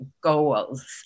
goals